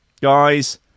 guys